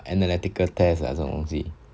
analytical test ah 这种东西